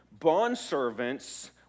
bondservants